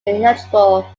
ineligible